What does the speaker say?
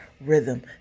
rhythm